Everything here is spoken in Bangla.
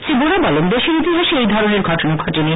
শ্রী বোরা বলেন দেশের ইতিহাসে এই ধরনের ঘটনা ঘটেনি